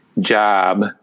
job